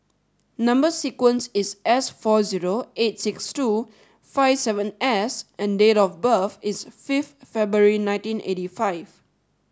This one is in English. number sequence is S four zero eight six two five seven S and date of birth is fifth February nineteen eightyfive